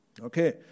Okay